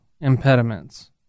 impediments